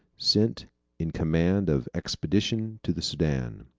sent in command of expedition to the soudan.